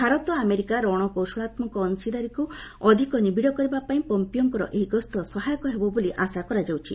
Bharat America ରଣକୌଶଳାତ୍ମକ ଅଂଶିଦାରୀକ୍ତ ଅଧିକ ନିବିଡ଼ କରିବା ପାଇଁ ପମ୍ପିଓଙ୍କ ଏହି ଗସ୍ତ ସହାୟକ ହେବ ବୋଲି ଆଶା କରାଯାଉଛି